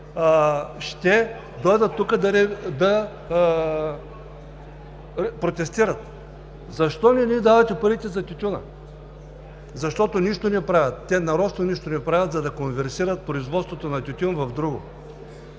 ще бъдат тук да протестират: „Защо не ни давате парите за тютюна?“. Защото нищо не правят. Те нарочно нищо не правят, за да конверсират производството на тютюн в друго.